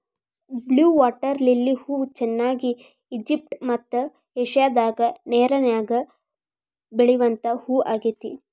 blue water lily ಹೂ ಹೆಚ್ಚಾಗಿ Egypt ಮತ್ತ ಏಷ್ಯಾದಾಗ ನೇರಿನ್ಯಾಗ ಬೆಳಿವಂತ ಹೂ ಆಗೇತಿ